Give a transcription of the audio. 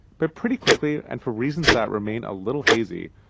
but pretty quickly and for reasons that remain a little hazy,